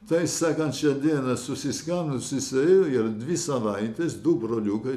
tai sekančią dieną susiskambino susiėjo ir dvi savaites du broliukai